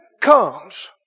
comes